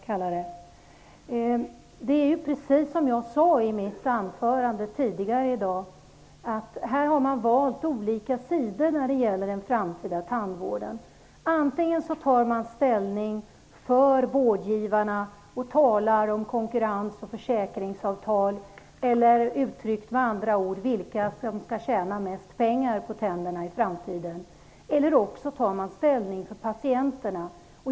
Jag sade i mitt anförande tidigare i dag att man har valt olika sidor i fråga om den framtida tandvården. Antingen tar man ställning för vårdgivarna och talar om konkurrens och försäkringsavtal -- med andra ord tar man ställning för vilka som skall tjäna mest pengar i framtiden -- eller så tar man ställning för patienterna.